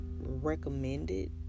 recommended